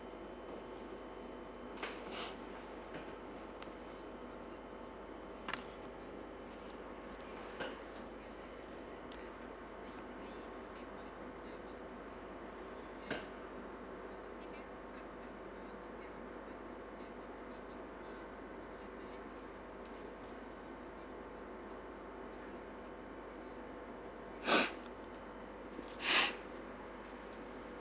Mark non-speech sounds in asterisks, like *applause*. *breath*